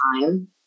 time